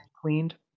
Cleaned